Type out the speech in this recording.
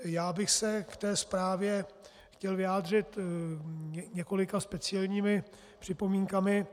Já bych se k té zprávě chtěl vyjádřit několika speciálními připomínkami.